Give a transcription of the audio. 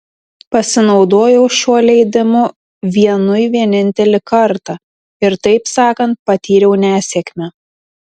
pasinaudojau šiuo leidimu vienui vienintelį kartą ir taip sakant patyriau nesėkmę